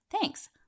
Thanks